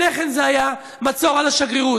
לפני כן זה היה מצור על השגרירות.